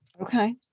Okay